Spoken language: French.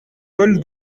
col